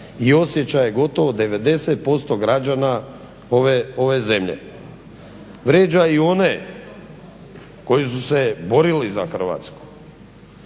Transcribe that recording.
i osjećaj gotovo 90% građana ove zemlje. Vrijeđa i one koji su se borili za Hrvatsku,